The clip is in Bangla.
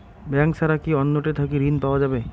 ব্যাংক ছাড়া কি অন্য টে থাকি ঋণ পাওয়া যাবে?